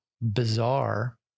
bizarre